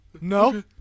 No